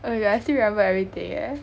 oh my god I still remember everything eh